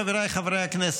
חבריי חברי הכנסת,